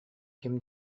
ким